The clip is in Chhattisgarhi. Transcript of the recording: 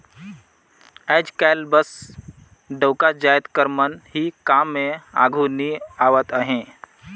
आएज काएल बस डउका जाएत कर मन ही काम में आघु नी आवत अहें